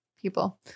people